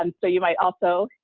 um so you might also,